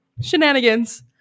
Shenanigans